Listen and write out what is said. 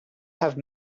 have